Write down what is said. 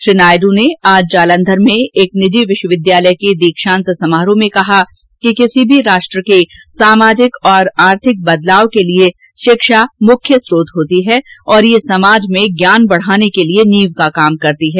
श्री नायडू ने आज जालघर में एक निजी विश्वविद्यालय के दीक्षांत समारोह में कहा कि किसी भी राष्ट्र के सामाजिक और आर्थिक बदलाव के लिए शिक्षा मुख्य चोत होती है और यह समाज में ज्ञान बढाने के लिए नींव का काम करती है